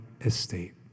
estate